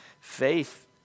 Faith